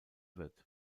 wird